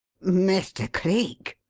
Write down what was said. mr. cleek!